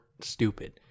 stupid